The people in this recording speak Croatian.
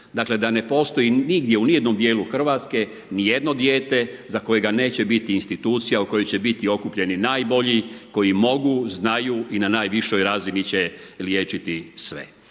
Dakle, da ne postoji nigdje, ni u jednom dijelu Hrvatske, ni jedno dijete za kojega neće biti institucija, za koje će bit okupljani najbolji, koji mogu, znaju i na najvišoj razini će liječiti sve.